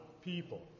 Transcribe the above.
people